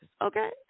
okay